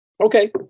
Okay